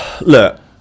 Look